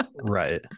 Right